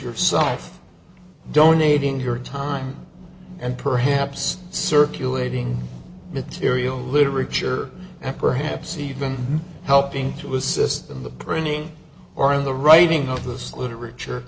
yourself donating your time and perhaps circulating material literature and perhaps even helping to assist in the printing or in the writing of this literature